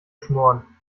schmoren